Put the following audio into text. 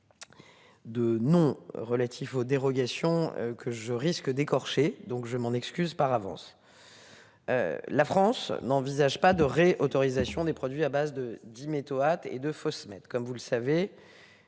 De. Relatif aux dérogations que je risque d'écorcher donc je m'en excuse par avance. La France n'envisage pas de réautorisation. Des produits à base de diméthoate et de fausses comme vous le savez,